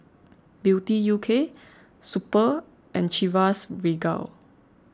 Beauty U K Super and Chivas Regal